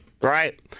Right